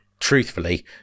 truthfully